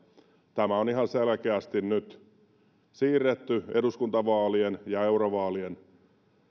tämä on ihan selkeästi nyt siirretty eduskuntavaalien ja eurovaalien